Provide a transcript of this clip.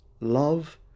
love